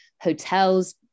hotels